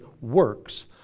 works